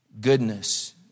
goodness